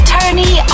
Tony